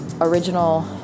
original